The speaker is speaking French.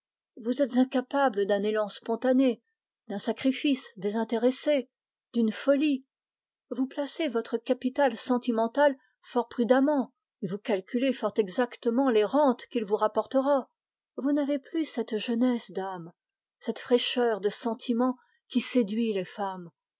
vous oublier vous-même vous placez votre capital sentimental fort prudemment et vous calculez fort exactement les rentes qu'il vous rapportera vous n'avez plus cette jeunesse de cœur qui séduit les femmes